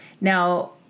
Now